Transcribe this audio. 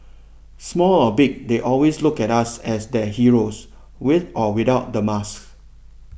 small or big they always look at us as their heroes with or without the mask